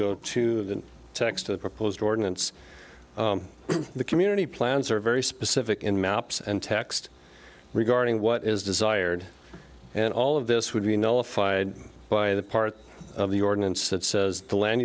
go to the text of the proposed ordinance the community plans are very specific in maps and text regarding what is desired and all of this would be notified by the part of the ordinance that says the land